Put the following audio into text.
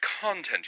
content